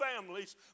families